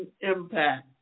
impact